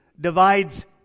divides